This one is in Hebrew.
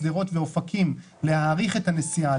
שדרות ואופקים להאריך את הנסיעה,